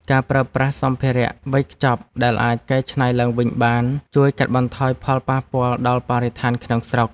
ការប្រើប្រាស់សម្ភារវេចខ្ចប់ដែលអាចកែច្នៃឡើងវិញបានជួយកាត់បន្ថយផលប៉ះពាល់ដល់បរិស្ថានក្នុងស្រុក។